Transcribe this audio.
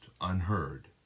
unheard